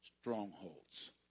strongholds